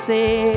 Say